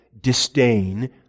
disdain